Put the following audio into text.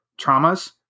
traumas